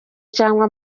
cyangwa